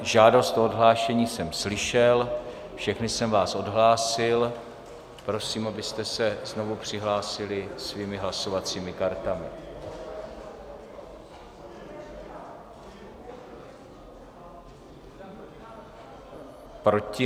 Žádost o odhlášení jsem slyšel, všechny jsem vás odhlásil, prosím, abyste se znovu přihlásili svými hlasovacími kartami.